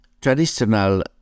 traditional